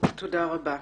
תודה רבה.